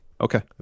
Okay